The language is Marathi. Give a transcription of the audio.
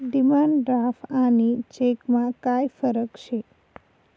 डिमांड ड्राफ्ट आणि चेकमा काय फरक शे